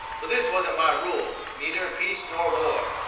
but this wasn't my rule, neither in peace nor war.